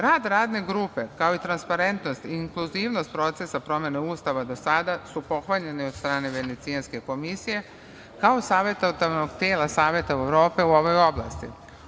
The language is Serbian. Rad radne grupe, kao i transparentnost i inkluzivnost procesa promene Ustava do sada su pohvaljene od strane Venecijanske komisije, kao savetodavnog tela Saveta Evrope u ovoj oblasti.